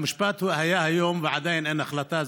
המשפט היה היום, ועדיין אין החלטה.